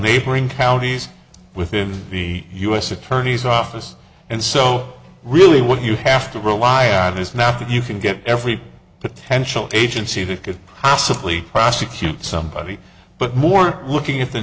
neighboring counties within the u s attorney's office and so really what you have to rely on is nothing you can get every potential agency that could possibly prosecute somebody but more looking at the